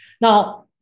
Now